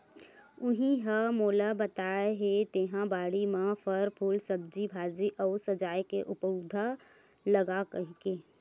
उहीं ह मोला बताय हे तेंहा बाड़ी म फर, फूल, सब्जी भाजी अउ सजाय के पउधा लगा कहिके